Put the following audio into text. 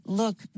look